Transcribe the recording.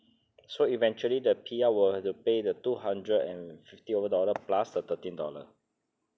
so eventually the P_R will have to pay the two hundred and fifty over dollar plus or thirteen dollar